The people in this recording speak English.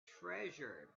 treasure